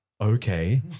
okay